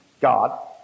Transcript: God